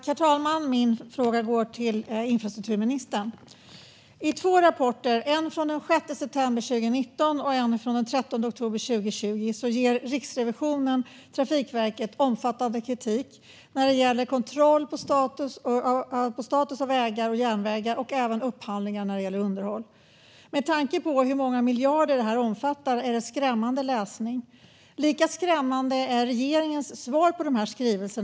Herr talman! Min fråga går till infrastrukturministern. I två rapporter - en från den 6 september 2019 och en från den 13 oktober 2020 - riktar Riksrevisionen omfattande kritik mot Trafikverket när det gäller kontroll av vägars och järnvägars status samt när det gäller upphandling av underhåll. Med tanke på hur många miljarder detta omfattar är det skrämmande läsning. Lika skrämmande är regeringens svar på dessa skrivelser.